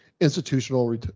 Institutional